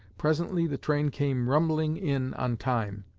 presently, the train came rumbling in on time.